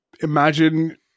Imagine